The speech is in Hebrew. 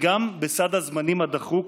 וגם בסד הזמנים הדחוק,